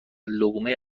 لقمه